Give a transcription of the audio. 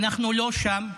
אנחנו לא שם.